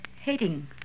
hating